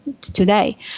today